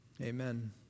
Amen